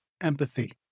empathy